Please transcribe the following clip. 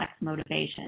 motivation